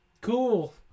cool